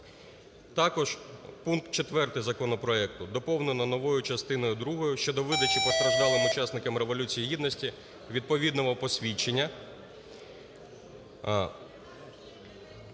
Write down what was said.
Також пункт четвертий законопроекту доповнено новою частиною другою щодо видачі постраждалим у часникам Революції Гідності відповідного посвідчення.